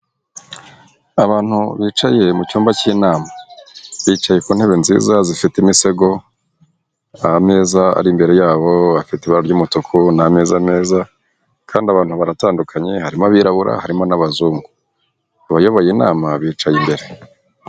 Abantu bicaye mu cyumba cy'inama bicaye ku ntebe nziza zifite imisego, ameza ari imbere yabo afite ibara ry'umutuku ni ameza meza kandi abantu baratandukanye harimo abirabura harimo n'abazungu abayoboye inama bicaye imbere.